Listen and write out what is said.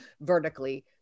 vertically